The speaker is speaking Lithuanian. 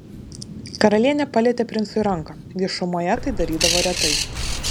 karalienė palietė princui ranką viešumoje tai darydavo retai